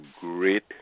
great